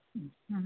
अच्छा